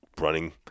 running